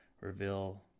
reveal